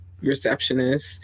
receptionist